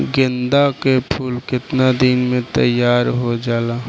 गेंदा के फूल केतना दिन में तइयार हो जाला?